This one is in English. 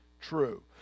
true